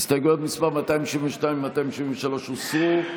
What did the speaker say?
הסתייגויות מס' 272 ו-273 הוסרו.